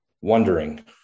wondering